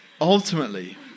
Ultimately